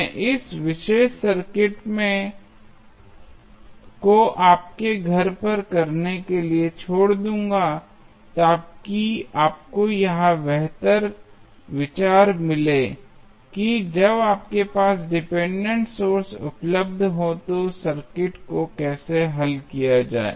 मैं इस विशेष सर्किट को आपके घर पर करने के लिए छोड़ दूंगा ताकि आपको यह बेहतर विचार मिले कि जब आपके पास डिपेंडेंट सोर्स उपलब्ध हों तो सर्किट को कैसे हल किया जाए